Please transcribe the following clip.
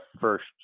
first